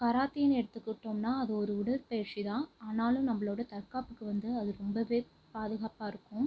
கராத்தேனு எடுத்துக்கிட்டோம்னா அது ஒரு உடற்பயிற்சி தான் ஆனாலும் நம்மளோட தற்காப்புக்கு வந்து அது ரொம்பவே பாதுகாப்பாயிருக்கும்